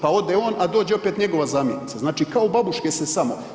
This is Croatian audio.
Pa ode on, a dođe opet njegova zamjenica, znači kao babuške se samo.